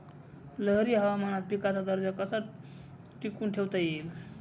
लहरी हवामानात पिकाचा दर्जा कसा टिकवून ठेवता येईल?